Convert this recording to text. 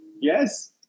Yes